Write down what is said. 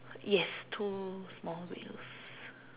yes two small wheels